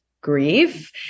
grief